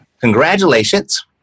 congratulations